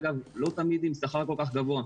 אגב לא תמיד עם שכר כל כך גבוה.